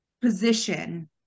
position